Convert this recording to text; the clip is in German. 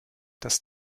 das